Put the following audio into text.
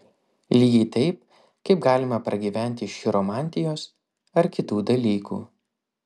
lygiai taip kaip galima pragyventi iš chiromantijos ar kitų dalykų